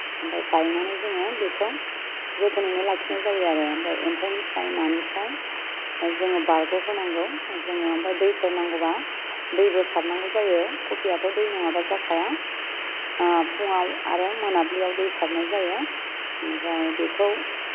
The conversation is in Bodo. ओमफ्राय गायनानै जोङो बेखौ जोथोनैनो लाखिनाय जायो आरो ओमफ्राय एम्फौनिफ्राय मानिफ्राय ओ जोङो बारग'होनांगौ जोङो ओमफ्राय दैफोर नांगौबा दैबो सारनांगौ जायो कफियाथ' दै नङाबा जाखाया ओ फुंआव आरो मोनाबिलियाव दै सारनाय जायो ओमफ्राय बेखौ